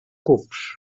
cubs